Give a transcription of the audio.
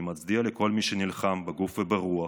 אני מצדיע לכל מי שנלחם, בגוף וברוח,